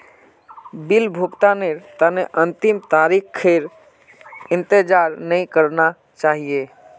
bill भुगतानेर तने अंतिम तारीखेर इंतजार नइ करना चाहिए